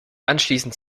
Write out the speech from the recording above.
anschließend